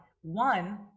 one